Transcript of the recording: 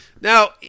Now